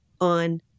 on